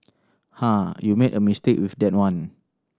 ha you made a mistake with that one